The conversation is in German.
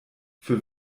für